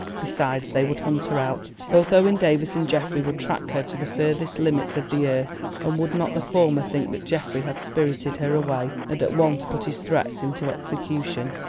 besides, they would hunt her out, both owen davies and geoffrey would track her to the furthest limits of the earth. and would not the former think that geoffrey had spirited her away, and at once put his threats into execution?